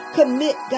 commit